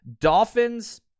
Dolphins